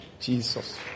Jesus